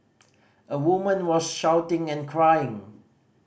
a woman was shouting and crying